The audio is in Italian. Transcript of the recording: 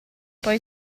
poi